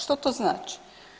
Što to znači?